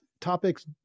topics